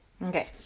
Okay